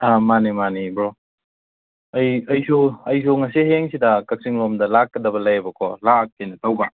ꯃꯥꯅꯦ ꯃꯥꯅꯦ ꯕ꯭ꯔꯣ ꯑꯩ ꯑꯩꯁꯨ ꯑꯩꯁꯨ ꯉꯁꯤ ꯍꯌꯦꯡꯁꯤꯗ ꯀꯛꯆꯤꯡ ꯂꯣꯝꯗ ꯂꯥꯛꯀꯗꯕ ꯂꯩꯌꯦꯕꯀꯣ ꯂꯥꯛꯀꯦꯅ ꯇꯧꯕ